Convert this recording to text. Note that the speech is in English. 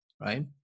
right